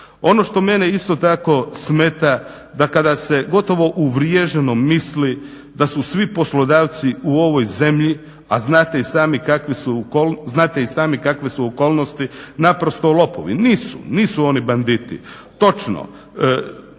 Ono što mene isto tako smeta da kada se gotovo uvriježeno misli da su svi poslodavci u ovoj zemlji, a znate i sami kakve su okolnosti naprosto lopovi. Nisu, nisu oni banditi. Točno,